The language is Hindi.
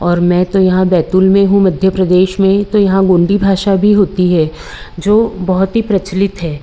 और मैं तो यहाँ बैतूल में हूँ मध्य प्रदेश में तो यहाँ गोंडी भाषा भी होती है जो बहुत ही प्रचलित है